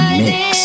mix